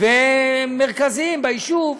ומרכזיים ביישוב,